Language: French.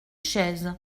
chaise